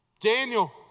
Daniel